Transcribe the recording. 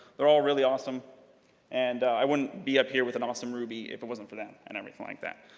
they're all really awesome and i wouldn't be up here with an awesome ruby if it wasn't for them, and everything like that.